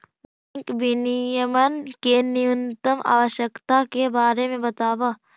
bank विनियमन के न्यूनतम आवश्यकता के बारे में बतावऽ